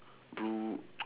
blue